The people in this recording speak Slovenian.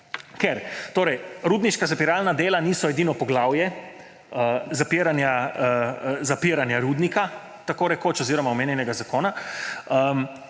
Ker rudniška zapiralna dela niso edino poglavje zapiranja rudnika oziroma omenjenega zakona.